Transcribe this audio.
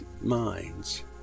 minds